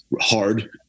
hard